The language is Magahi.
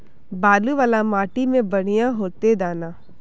बालू वाला माटी में बढ़िया होते दाना?